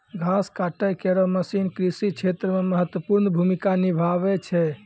घास काटै केरो मसीन कृषि क्षेत्र मे महत्वपूर्ण भूमिका निभावै छै